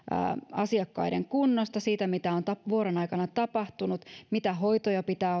asiakkaiden kunnosta siitä mitä on vuoron aikana tapahtunut mitä hoitoja pitää